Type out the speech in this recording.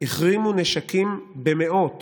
החרימו נשקים במאות